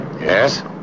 Yes